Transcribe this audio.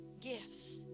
gifts